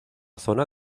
zona